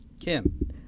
Kim